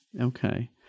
okay